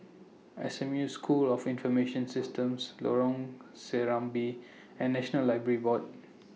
S M U School of Information Systems Lorong Serambi and National Library Board